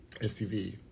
SUV